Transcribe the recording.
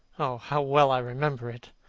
oh, how well i remember it!